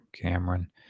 Cameron